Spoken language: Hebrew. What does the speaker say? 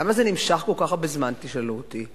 למה זה נמשך כל כך הרבה זמן, תשאלו אותי?